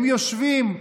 הם יושבים,